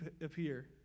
appear